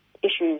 issues